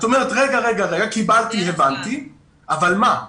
את אומרת שקיבלתי, אבל מה?